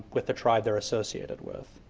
with the tribe they're associated with.